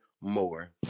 More